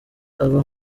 aba